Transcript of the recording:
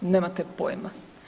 Nemate pojma.